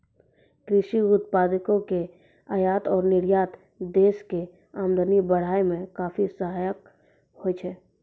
कृषि उत्पादों के आयात और निर्यात देश के आमदनी बढ़ाय मॅ काफी सहायक होय छै